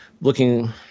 looking